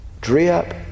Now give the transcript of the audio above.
drip